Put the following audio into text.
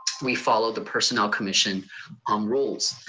we follow the personnel commission um rules.